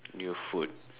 new food